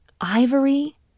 ivory